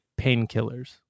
painkillers